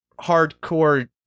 hardcore